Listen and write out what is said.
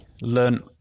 learn